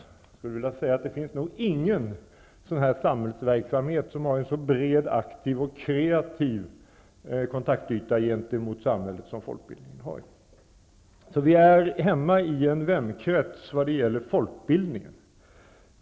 Jag skulle vilja säga att det finns nog ingen verksamhet som har en så bred, aktiv och kreativ kontaktyta gentemot samhället som folkbildningen har. Så vi är hemma i en värnkrets vad gäller folkbildningen.